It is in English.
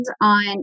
on